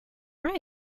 are